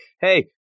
hey